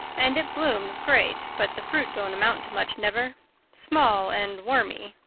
and it blooms great, but the fruit don't amount to much never small and wormy.